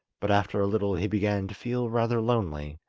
but after a little he began to feel rather lonely,